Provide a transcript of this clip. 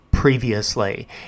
Previously